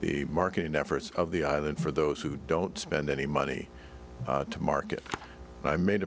the marketing efforts of the island for those who don't spend any money to market i made a